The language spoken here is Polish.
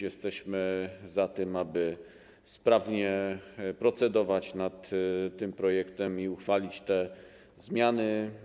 Jesteśmy za tym, aby sprawnie procedować nad tym projektem i uchwalić te zmiany.